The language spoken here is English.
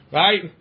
right